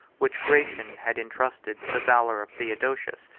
which gratian had intrusted to the valor of theodosius,